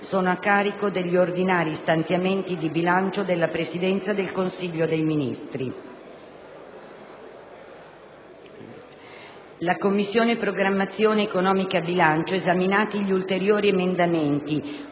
sono a carico degli ordinari stanziamenti di bilancio della Presidenza del Consiglio dei Ministri"». «La Commissione programmazione economica, bilancio, esaminati gli ulteriori emendamenti